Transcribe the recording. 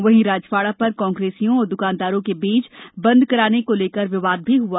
वहीं राजवाड़ा पर कांग्रेसियों और द्कानदारों के बीच बंद कराने को लेकर विवाद भी हुआ